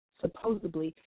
supposedly